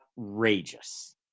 outrageous